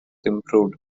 improved